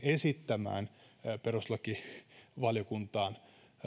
esittämään perustuslakivaliokuntaa